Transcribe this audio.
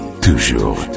toujours